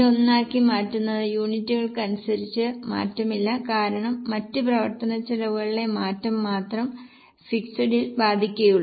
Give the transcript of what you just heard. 1 ആക്കി മാറ്റുന്നത് യൂണിറ്റുകൾക്കനുസരിച്ച് മാറ്റമില്ല കാരണം മറ്റ് പ്രവർത്തനച്ചെലവുകളിലെ മാറ്റം മാത്രം ഫിക്സിഡിൽ ബാധിക്കുന്നുള്ളൂ